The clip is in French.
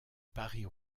paris